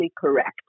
correct